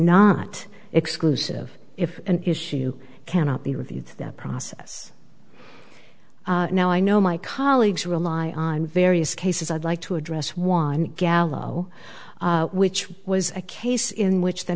not exclusive if an issue cannot be reviewed the process now i know my colleagues rely on various cases i'd like to address one gallo which was a case in